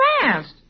fast